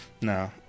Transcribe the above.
No